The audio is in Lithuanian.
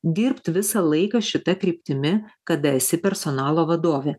dirbt visą laiką šita kryptimi kada esi personalo vadovė